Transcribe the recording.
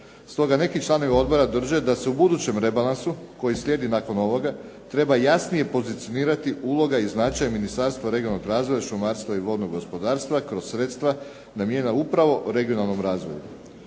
Stoga neki članovi odbora drže da se u budućem rebalansu koji slijedi nakon ovoga treba jasnije pozicionirati uloga i značaj Ministarstva regionalnog razvoja, šumarstva i vodnog gospodarstva kroz sredstva namijenjena upravo regionalnom razvoju.